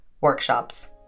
workshops